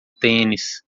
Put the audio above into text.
tênis